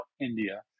India